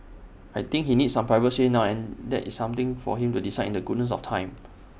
I think he needs some private space now there is something for him to decide in the goodness of time